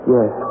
Yes